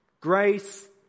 grace